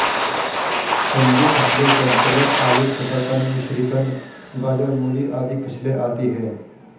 कंदीय फसलों के अंतर्गत आलू, शकरकंद, मिश्रीकंद, गाजर, मूली आदि फसलें आती हैं